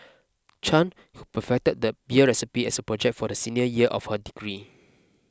Chan who perfected the beer recipe as a project for the senior year of her degree